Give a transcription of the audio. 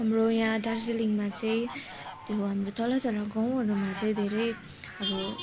हाम्रो यहाँ दर्जिलिङमा चाहिँ त्यो हाम्रो तल तल गाउँहरूमा चाहिँ धेरै अब